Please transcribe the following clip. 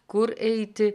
kur eiti